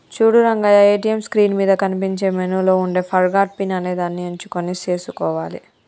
చూడు Rangaiah ATM screen మీద కనిపించే మెనూలో ఉండే ఫర్గాట్ పిన్ అనేదాన్ని ఎంచుకొని సేసుకోవాలి